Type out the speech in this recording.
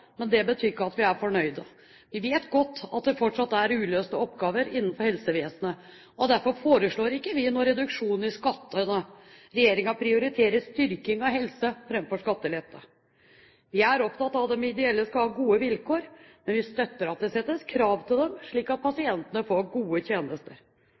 men det betyr ikke at vi er fornøyde. Vi vet godt at det fortsatt er uløste oppgaver innenfor helsevesenet, og derfor foreslår ikke vi noen reduksjon i skattene. Regjeringen prioriterer styrking av helse framfor skattelette. Vi er opptatt av at de ideelle skal ha gode vilkår, men støtter at det settes krav til dem, slik at pasientene får gode tjenester.